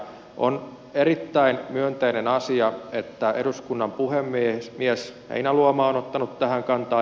on erittäin myönteinen asia että eduskunnan puhemies heinäluoma on ottanut tähän kantaa